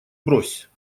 брось